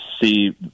see